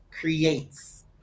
creates